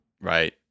Right